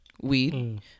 Weed